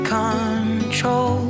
control